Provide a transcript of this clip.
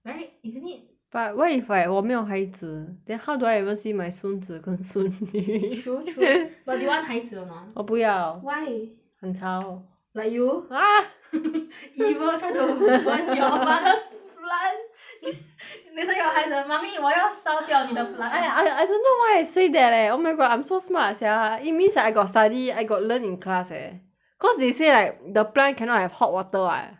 right isn't it but what if like 我没有孩子 then how do I even see my 孙子跟孙女 true true but do you want 孩子 or not 我不要 why 很吵 like you ah evil try to burn your mother's plant then 那个孩子 mummy 我要烧掉你的 plant I I don't know why I say that leh oh my god I'm so smart sia it means I got study I got learn in class eh cause they say like the plant cannot have hot water [what]